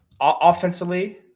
offensively